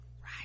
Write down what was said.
Right